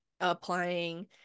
applying